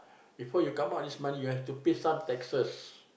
before you come out this money you have to pay some taxes